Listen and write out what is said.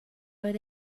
oedd